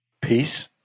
peace